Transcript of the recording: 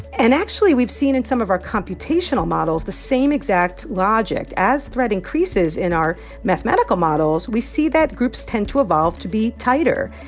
and actually, we've seen in some of our computational models the same exact logic. as threat increases in our mathematical models, we see that groups tend to evolve to be tighter.